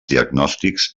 diagnòstics